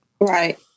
Right